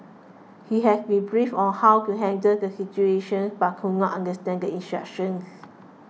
he had been briefed on how to handle the situation but could not understand the instructions